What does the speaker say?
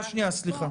חברים, סליחה.